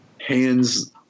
hands